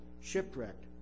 shipwrecked